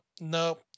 no